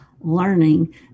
learning